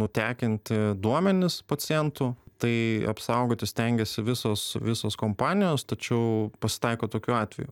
nutekinti duomenys pacientų tai apsaugoti stengiasi visos visos kompanijos tačiau pasitaiko tokių atvejų